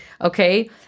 Okay